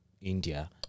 India